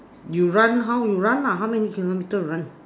you run how you run lah how many kilometre you run